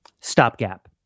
stopgap